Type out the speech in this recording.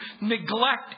neglect